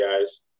guys